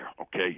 okay